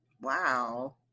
Wow